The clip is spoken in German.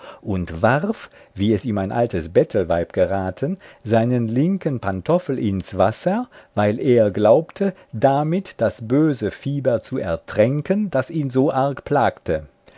und warf wie es ihm ein altes bettelweib geraten seinen linken pantoffel ins wasser weil er glaubte damit das böse fieber zu ertränken das ihn so arg plagte